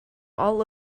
all